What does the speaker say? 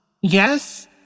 yes